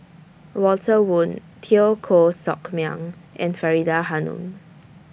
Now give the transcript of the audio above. Walter Woon Teo Koh Sock Miang and Faridah Hanum